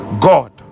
god